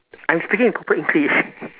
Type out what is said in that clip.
I'm speaking in proper english